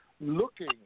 looking